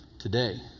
today